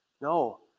No